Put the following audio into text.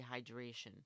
dehydration